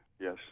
yes